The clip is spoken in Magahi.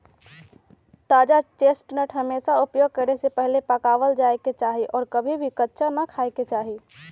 ताजा चेस्टनट हमेशा उपयोग करे से पहले पकावल जाये के चाहि और कभी भी कच्चा ना खाय के चाहि